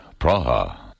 Praha